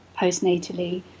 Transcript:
postnatally